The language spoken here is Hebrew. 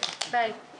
הישיבה ננעלה